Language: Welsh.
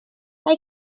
mae